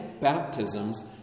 baptisms